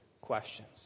questions